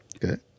Good